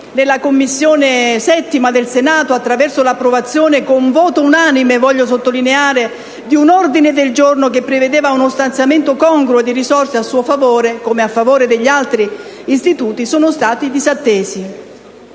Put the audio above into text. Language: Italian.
in 7a Commissione attraverso l'approvazione con voto unanime - lo sottolineo - di un ordine del giorno che prevedeva uno stanziamento congruo di risorse a suo favore come a favore degli altri istituti, sono stati disattesi.